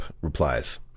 replies